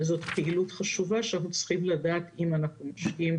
ואנחנו צריכים לדעת האם אנחנו משקיעים